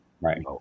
Right